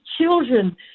children